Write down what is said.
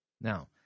Now